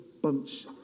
Bunch